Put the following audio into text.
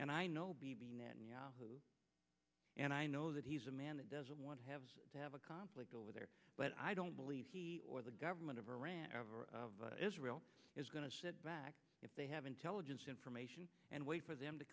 and i know bibi netanyahu and i know that he's a man that doesn't want to have a conflict over there but i don't believe he or the government of iran or of israel is going to sit back if they have intelligence information and wait for them to